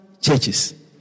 churches